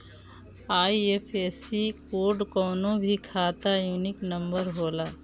IFSC code कवनो भी खाता यूनिक नंबर होला